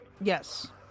Yes